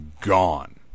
gone